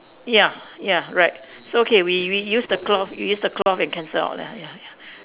ya ya right so okay we we use the cloth we use the cloth and cancel out ya ya